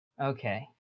okay